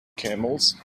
camels